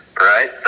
Right